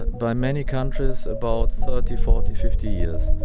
by many countries, about thirty, forty, fifty years.